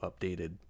updated